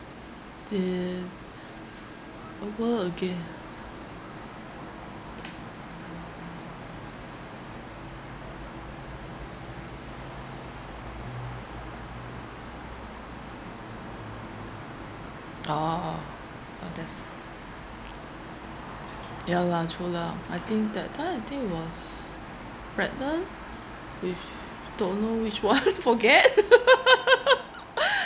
the over again oh oh oh that's ya lah true lah I think that time I think I was pregnant with don't know which one forget